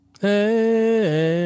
Hey